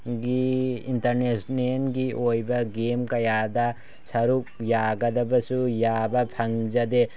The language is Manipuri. ꯒꯤ ꯏꯟꯇꯔꯅꯦꯁꯅꯦꯜꯒꯤ ꯑꯣꯏꯕ ꯒꯦꯝ ꯀꯌꯥꯗ ꯁꯔꯨꯛ ꯌꯥꯒꯗꯕꯁꯨ ꯌꯥꯕ ꯐꯪꯖꯗꯦ